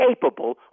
capable